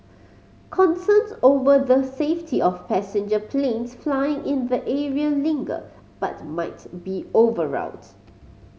concerns over the safety of passenger planes flying in the area linger but might be overwrought